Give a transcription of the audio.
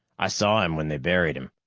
i saw him when they buried him.